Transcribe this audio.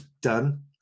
done